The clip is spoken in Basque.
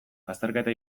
azterketa